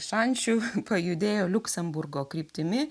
šančių pajudėjo liuksemburgo kryptimi